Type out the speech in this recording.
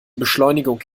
beschleunigung